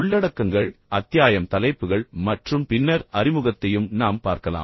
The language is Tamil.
உள்ளடக்கங்கள் அத்தியாயம் தலைப்புகள் மற்றும் பின்னர் அறிமுகத்தையும் நாம் பார்க்கலாம்